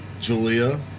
Julia